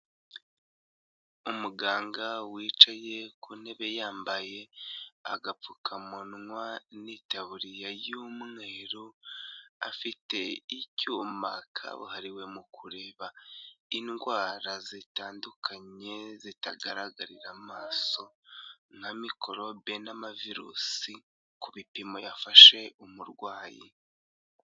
Umuganga wicaye ku ntebe yambaye, agapfukamunwa n'itaburiya y'umweru, afite icyuma kabuhariwe mu kureba indwara zitandukanye zitagaragarira amaso, nka mikorobe n'amavirusi ku bipimo yafashe umurwayi.